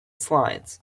slides